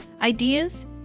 ideas